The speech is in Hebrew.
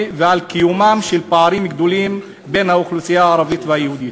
ובקיומם של פערים גדולים בין האוכלוסייה הערבית ליהודית.